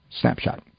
snapshot